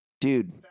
Dude